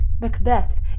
Macbeth